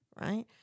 right